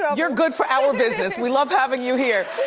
you're good for our business, we love having you here.